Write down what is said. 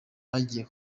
hagiye